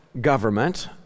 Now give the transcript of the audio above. government